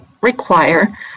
require